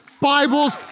Bibles